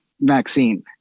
vaccine